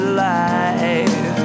life